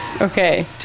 Okay